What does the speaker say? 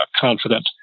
confident